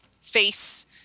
face